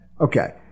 Okay